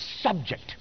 subject